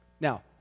Now